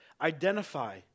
Identify